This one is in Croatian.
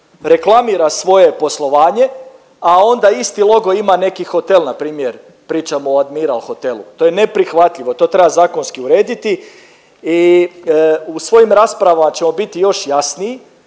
reklamira svoje poslovanje, a onda isti logo ima neki hotel na primjer pričamo o Admiral hotelu. To je neprihvatljivo. To treba zakonski urediti i u svojim raspravama ćemo biti još jasniji,